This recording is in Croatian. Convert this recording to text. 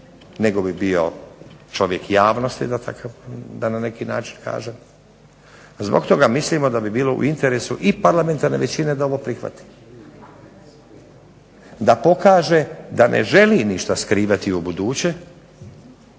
nego bi bio čovjek javnosti da na neki način kažem, zbog toga mislimo da bi bilo u interesu i parlamentarne većine da ovo prihvati, da pokaže da ne želi ništa skrivati u buduće,